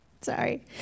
Sorry